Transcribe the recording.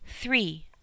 Three